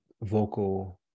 vocal